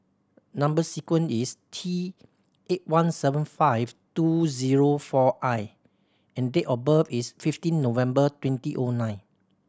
number sequence is T eight one seven five two zero four I and date of birth is fifteen November twenty O nine